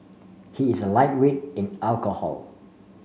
he is a lightweight in alcohol